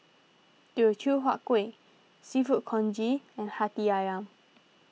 Teochew Huat Kueh Seafood Congee and Hati Ayam